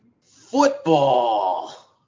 Football